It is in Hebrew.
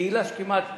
קהילה שכמעט נכחדה,